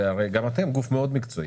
הרי גם אתם גוף מאוד מקצועי,